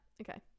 okay